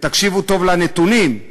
ותקשיבו טוב לנתונים,